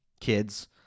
Kids